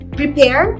prepare